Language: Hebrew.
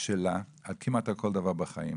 פתגמי חוכמה שלה כמעט על כל דבר בחיים.